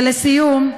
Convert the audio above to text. ולסיום,